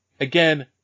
again